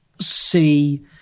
see